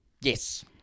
Yes